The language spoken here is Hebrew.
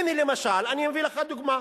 הנה, למשל, אני מביא לך דוגמה: